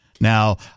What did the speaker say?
Now